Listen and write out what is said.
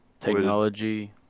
Technology